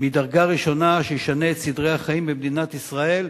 מדרגה ראשונה, שישנה את סדרי החיים במדינת ישראל,